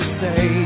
say